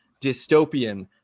dystopian